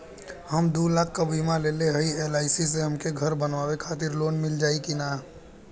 हम दूलाख क बीमा लेले हई एल.आई.सी से हमके घर बनवावे खातिर लोन मिल जाई कि ना?